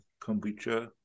kombucha